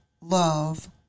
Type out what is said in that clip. love